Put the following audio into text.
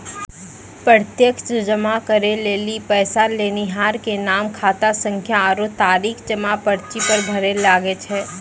प्रत्यक्ष जमा करै लेली पैसा लेनिहार के नाम, खातासंख्या आरु तारीख जमा पर्ची पर भरै लागै छै